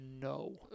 no